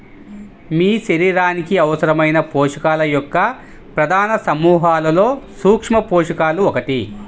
మీ శరీరానికి అవసరమైన పోషకాల యొక్క ప్రధాన సమూహాలలో సూక్ష్మపోషకాలు ఒకటి